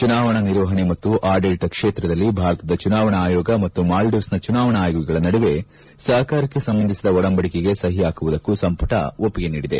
ಚುನಾವಣಾ ನಿರ್ವಹಣೆ ಮತ್ತು ಆಡಳತ ಕ್ಷೇತ್ರದಲ್ಲಿ ಭಾರತದ ಚುನಾವಣಾ ಆಯೋ ಮತ್ತು ಮಾಲ್ಲೀವ್ನ ಚುನಾವಣಾ ಆಯೋಗಗಳ ನಡುವೆ ಸಹಕಾರಕ್ಷೆ ಸಂಬಂಧಿಸಿದ ಒಡಂಬಡಿಕೆಗೆ ಸಹ ಹಾಕುವುದಕ್ಕೂ ಸಂಪುಟ ಒಪ್ಪಿಗೆ ನೀಡಿದೆ